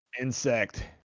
insect